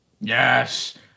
Yes